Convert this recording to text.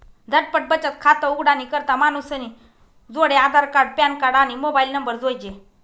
झटपट बचत खातं उघाडानी करता मानूसनी जोडे आधारकार्ड, पॅनकार्ड, आणि मोबाईल नंबर जोइजे